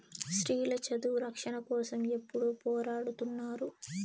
స్త్రీల చదువు రక్షణ కోసం ఎప్పుడూ పోరాడుతున్నారు